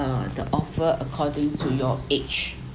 the the offer according to your age